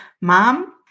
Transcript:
Mom